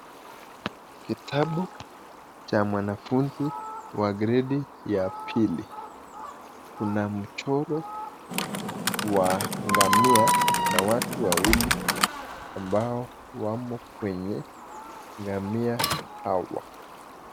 Kitabu cha mwanafunzi wa gredi ya pili, kuna mchoro wa ngamia. Na watu wawili ambao wamo kwenye ngamia hawa.